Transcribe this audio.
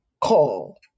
call